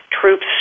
troops